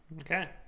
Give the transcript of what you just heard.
Okay